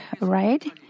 right